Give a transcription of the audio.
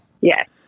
Yes